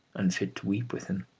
unfit to weep with him,